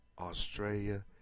Australia